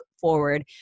forward